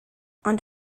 ond